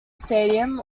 stadium